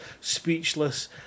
speechless